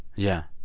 yeah.